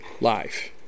life